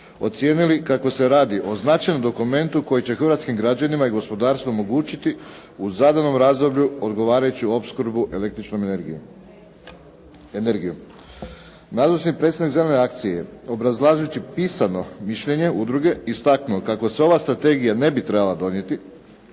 ocijenili kako se radi o značajnom dokumentu koji će hrvatskim građanima i gospodarstvu omogućiti u zadanom razdoblju odgovarajuću opskrbu električnom energijom. Nadasve predsjednik "Zelene akcije" obrazlažući pisano mišljenje udruge istaknuo kako se ova strategija ne bi trebala donijeti